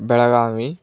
Belagavi